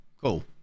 Cool